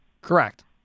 Correct